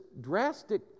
drastic